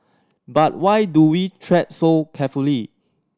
but why do we tread so carefully